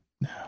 No